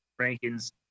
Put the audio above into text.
rankings